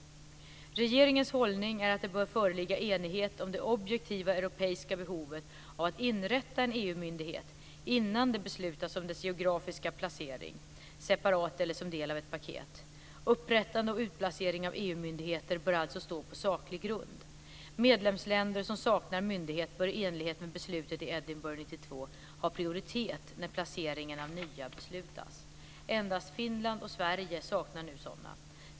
Regeringens hållning är att det bör föreligga enighet om det objektiva europeiska behovet av att inrätta en EU-myndighet innan det beslutas om dess geografiska placering, separat eller som del av ett paket. Upprättande och utplacering av EU-myndigheter bör alltså stå på saklig grund. Medlemsländer som saknar myndighet bör i enlighet med beslutet i Edinburgh 1992 ha prioritet när placeringen av nya beslutas. Endast Finland och Sverige saknar nu sådana.